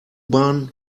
bahn